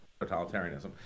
totalitarianism